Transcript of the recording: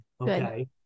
Okay